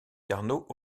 carnot